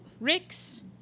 Rick's